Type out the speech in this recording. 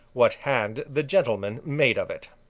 what hand the gentlemen made of it.